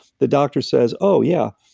the doctors says, oh yeah,